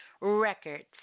records